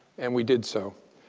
and we did so.